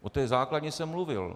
O té základní jsem mluvil.